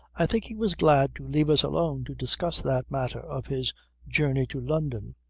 i think he was glad to leave us alone to discuss that matter of his journey to london.